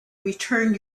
return